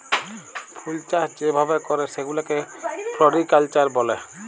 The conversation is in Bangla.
ফুলচাষ যে ভাবে ক্যরে সেগুলাকে ফ্লরিকালচার ব্যলে